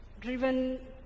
driven